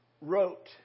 wrote